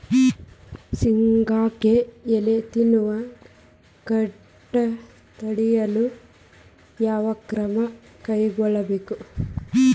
ಶೇಂಗಾಕ್ಕೆ ಎಲೆ ತಿನ್ನುವ ಕೇಟ ತಡೆಯಲು ಯಾವ ಕ್ರಮ ಕೈಗೊಳ್ಳಬೇಕು?